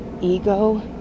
ego